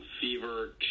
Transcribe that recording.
fever